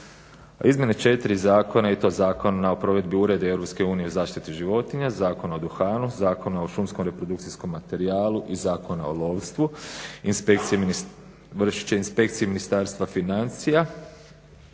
Izmjene četiri zakona i to Zakona o provedbi Uredbe Europske unije o zaštiti životinja, Zakona o duhanu, Zakona o šumskom reprodukcijskom materijalu i Zakona o lovstvu, vršit će inspekcije Ministarstva financija